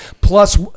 Plus